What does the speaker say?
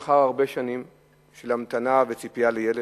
לאחר הרבה שנים של המתנה וציפייה לילד,